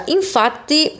infatti